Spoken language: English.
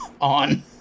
on